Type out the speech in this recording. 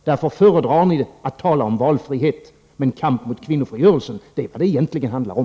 Därför föredrar ni att tala om valfrihet. Men kamp mot kvinnofrigörelsen är vad det egentligen handlar om.